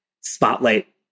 spotlight